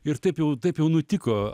ir taip jau taip jau nutiko